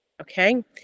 Okay